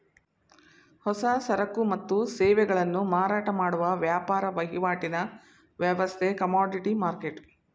ಹೊಸ ಸರಕು ಮತ್ತು ಸೇವೆಗಳನ್ನು ಮಾರಾಟ ಮಾಡುವ ವ್ಯಾಪಾರ ವಹಿವಾಟಿನ ವ್ಯವಸ್ಥೆ ಕಮೋಡಿಟಿ ಮರ್ಕೆಟ್